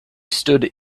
stood